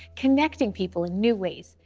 connecting people in new ways.